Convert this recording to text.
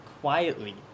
quietly